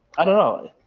i don't know.